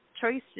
choices